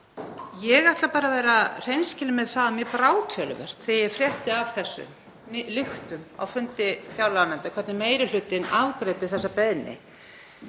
Ég ætla að vera hreinskilin með það að mér brá töluvert þegar ég frétti af þessum lyktum á fundi fjárlaganefndar, hvernig meiri hlutinn afgreiddi þessa beiðni.